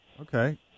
Okay